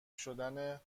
شدن